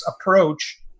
approach